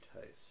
taste